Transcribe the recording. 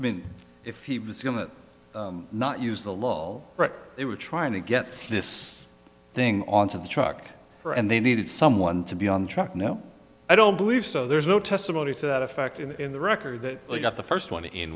to mean if he was going to not use the law they were trying to get this thing on to the truck for and they needed someone to be on track no i don't believe so there's no testimony to that effect in the record that got the first one in